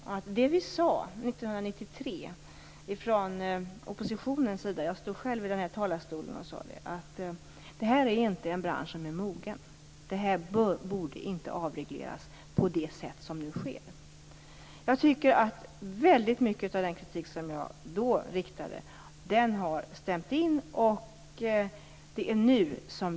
Vi sade 1993 från oppositionens sida - jag framhöll det själv från denna talarstol - att den här branschen inte var mogen och att den inte borde avregleras på det sätt som då skedde. Jag tycker att väldigt mycket av den kritik som jag då framförde har besannats.